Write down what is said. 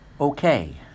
Okay